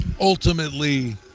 ultimately